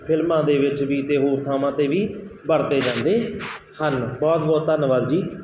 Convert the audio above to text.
ਫਿਲਮਾਂ ਦੇ ਵਿੱਚ ਵੀ ਅਤੇ ਹੋਰ ਥਾਵਾਂ 'ਤੇ ਵੀ ਵਰਤੇ ਜਾਂਦੇ ਹਨ ਬਹੁਤ ਬਹੁਤ ਧੰਨਵਾਦ ਜੀ